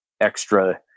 extra